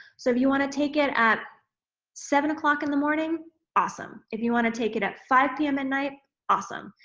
so, if you want to take it at seven o'clock in the morning awesome, if you want to take it at five p m. at and night awesome.